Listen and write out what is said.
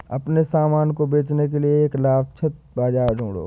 अपने सामान को बेचने के लिए एक लक्षित बाजार ढूंढो